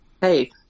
Hey